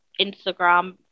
Instagram